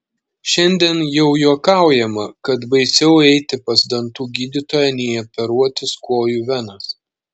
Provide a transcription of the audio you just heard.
šiandien jau juokaujama kad baisiau eiti pas dantų gydytoją nei operuotis kojų venas